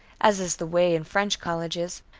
as is the way in french colleges,